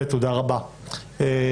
ותודה רבה לך.